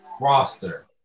roster